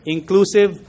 Inclusive